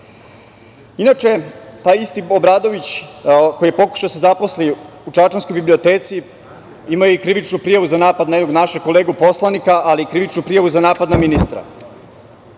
taj isti Obradović, koji je pokušao da se zaposli u čačanskoj biblioteci, ima i krivičnu prijavu za napad na jednog našeg kolegu, poslanika, ali i krivičnu prijavu za napad na ministra.